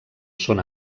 són